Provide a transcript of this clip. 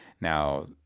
Now